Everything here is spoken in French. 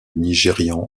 nigérian